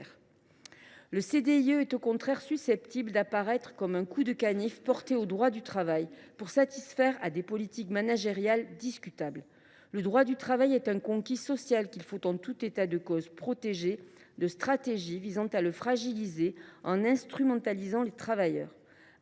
Le CDIE est au contraire susceptible d’apparaître comme un coup de canif porté au droit du travail pour satisfaire des politiques managériales discutables. Le droit du travail est un conquis social, qu’il faut en tout état de cause protéger de stratégies visant à le fragiliser en instrumentalisant les travailleurs.